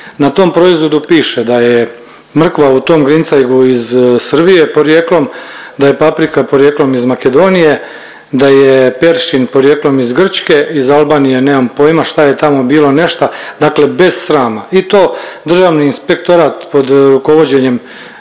na tom proizvodu piše da je mrkva u tom grincajgu iz Srbije porijeklom, da je paprika porijeklom iz Makedonije, da je peršin porijeklom iz Grčke, iz Albanije nemam pojma šta je tamo bilo nešta, dakle bez srama i to Državni inspektorat pod rukovođenjem